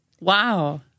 Wow